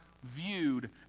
viewed